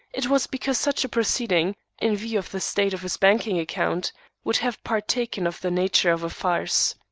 it was because such a proceeding in view of the state of his banking account would have partaken of the nature of a farce.